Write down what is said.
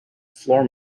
floor